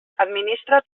administra